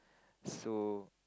so